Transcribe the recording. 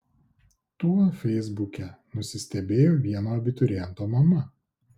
tuo feisbuke nusistebėjo vieno abituriento mama